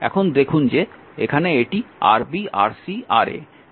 এখন দেখুন যে এখানে এটি Rb Rc Ra